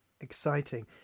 Exciting